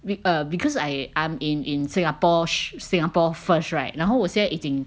err because I am in in Singapore Singapore first right 然后我现在已经